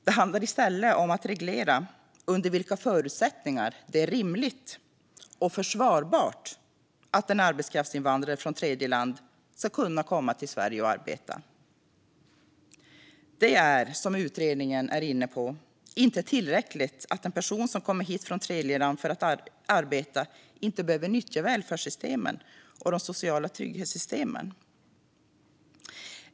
Det handlar i stället om att reglera under vilka förutsättningar det är rimligt och försvarbart att en arbetskraftsinvandrare från tredjeland ska kunna komma till Sverige och arbeta. Det är, som utredningen är inne på, inte tillräckligt att en person som kommer hit från tredjeland för att arbeta inte behöver nyttja välfärdssystemen eller de sociala trygghetssystemen.